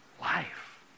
life